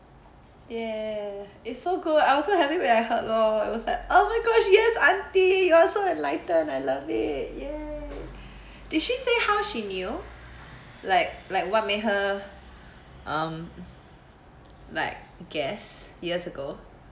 !yay! it's so good I was so happy when I heard lor I was like oh my gosh yes aunty you're so enlightened I love it !yay! did she say how she knew like like what made her um like guess years ago